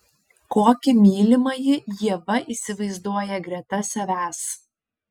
kokį mylimąjį ieva įsivaizduoja greta savęs